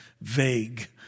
vague